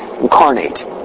incarnate